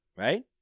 Right